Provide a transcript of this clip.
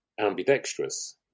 ambidextrous